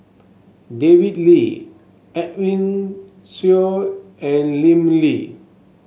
David Lee Edwin Siew and Lim Lee